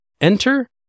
enter